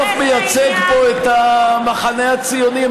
בסוף מייצג פה את המחנה הציוני.